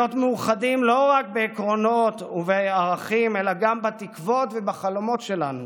להיות מאוחדים לא רק בעקרונות ובערכים אלא גם בתקוות ובחלומות שלנו.